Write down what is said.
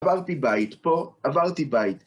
עברתי בית פה, עברתי בית.